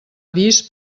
avis